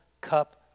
cup